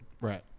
Right